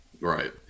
Right